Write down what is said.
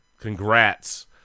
Congrats